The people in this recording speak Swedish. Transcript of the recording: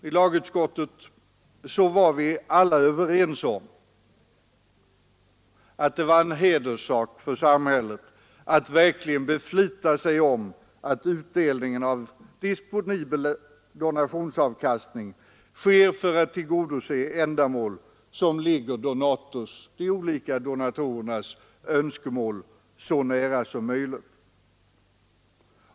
I lagutskottet var vi alla överens om att det är en hederssak för samhället att verkligen beflita sig om att utdelningen av disponibel donationsavkastning sker för att tillgodose ändamål som ligger de olika donatorernas önskemål så nära som möjligt.